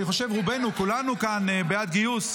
אני חושב שרובנו, כולנו כאן, בעד גיוס.